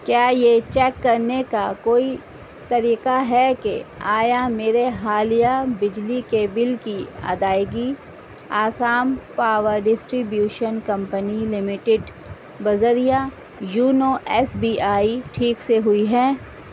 کیا یہ چیک کرنے کا کوئی طریقہ ہے کہ آیا میرے حالیہ بجلی کے بل کی ادائیگی Assam power distribution company limited بذریعہ یونو ایس بی آئی ٹھیک سے ہوئی ہے